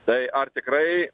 tai ar tikrai